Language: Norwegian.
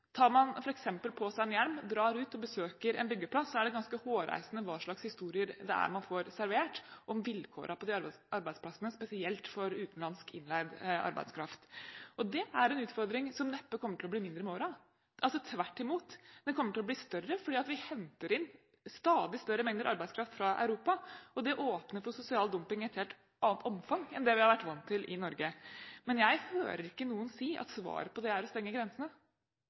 Tar man f.eks. på seg en hjelm og drar ut og besøker en byggeplass, er det ganske hårreisende hva slags historier man får servert om vilkårene på de arbeidsplassene, spesielt for utenlandsk, innleid arbeidskraft. Det er en utfordring som neppe kommer til å bli mindre med årene – tvert imot – den kommer til å bli større fordi vi henter inn stadig større mengder arbeidskraft fra Europa, og det åpner for sosial dumping i et helt annet omfang enn det vi har vært vant til i Norge. Men jeg hører ikke noen si at svaret på det er å stenge grensene